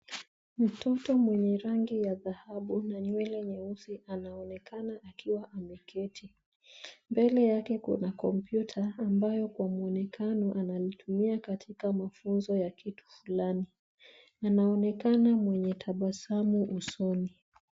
Mtoto mwenye rangi ya dhahabu na nywele nyeusi anaonekana akiwa ameketi. Mbele yake kuna kompyuta ambayo kwa muonekano anaitumia katika mafunzo fulani. Anaonekana mwenye tabasamu usoni.